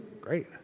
Great